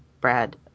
Brad